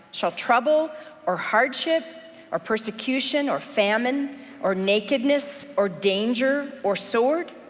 shall trouble or hardship or persecution or famine or nakedness or danger or sword?